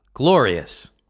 Glorious